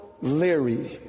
Larry